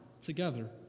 together